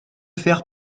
faire